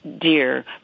dear